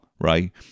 right